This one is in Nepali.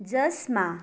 जसमा